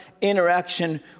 interaction